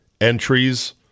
entries